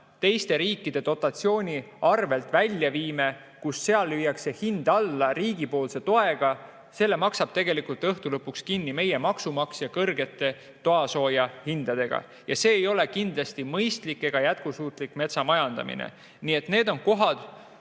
teiste riikide dotatsiooni arvel välja viime – kusjuures seal lüüakse hind alla riigi toega –, maksab tegelikult lõpuks kinni meie maksumaksja kõrgete toasoojahindadega. See ei ole kindlasti mõistlik ega jätkusuutlik metsa majandamine. Nii et need on kohad,